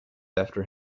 after